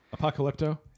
Apocalypto